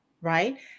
Right